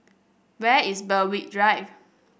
where is Berwick Drive